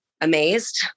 amazed